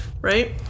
right